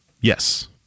Yes